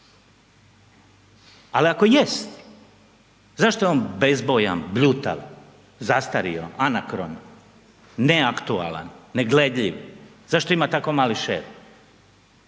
al ako jest zašto je on bezbojan, bljutav, zastario, anakron, neaktualan, ne gledljiv, zašto ima tako mali ŠeR?